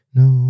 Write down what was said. no